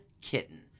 kitten